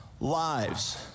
lives